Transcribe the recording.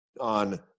on